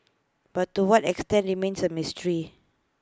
but to what extent remains A mystery